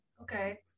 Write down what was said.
Okay